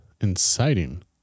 inciting